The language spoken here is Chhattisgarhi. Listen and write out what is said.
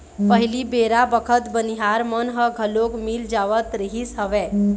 पहिली बेरा बखत बनिहार मन ह घलोक मिल जावत रिहिस हवय